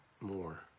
more